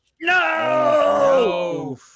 No